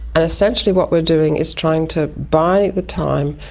and essentially what we're doing is trying to buy the time,